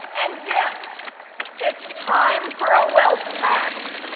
and yes it's time for a wealth tax.